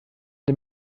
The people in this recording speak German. dem